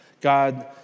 God